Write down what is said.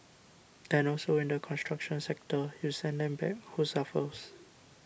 and also in the construction sector you send them back who suffers